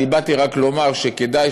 באתי רק לומר שכדאי